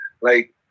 Like-